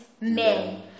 men